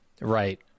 Right